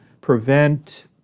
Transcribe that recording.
prevent